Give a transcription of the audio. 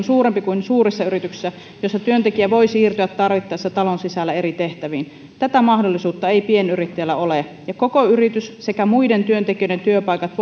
suurempi kuin suurissa yrityksissä joissa työntekijä voi siirtyä tarvittaessa talon sisällä eri tehtäviin tätä mahdollisuutta ei pienyrittäjällä ole ja koko yritys sekä muiden työntekijöiden työpaikat